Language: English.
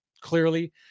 clearly